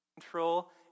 Control